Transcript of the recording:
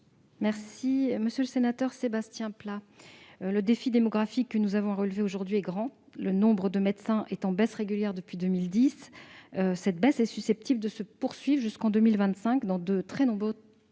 Monsieur le sénateur Sebastien Pla, le défi démographique que nous avons à relever aujourd'hui est grand : le nombre de médecins est en baisse régulière depuis 2010 et cette baisse est susceptible de se poursuivre jusqu'en 2025 dans de trop nombreuses